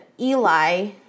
eli